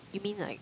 you mean like